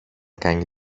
κάνει